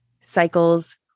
cycles